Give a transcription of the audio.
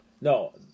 No